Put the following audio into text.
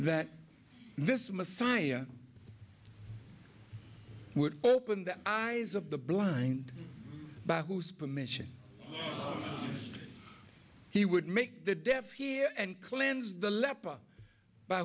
that this messiah would open the eyes of the blind by whose permission he would make the deaf hear and cleanse the leper by